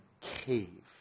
cave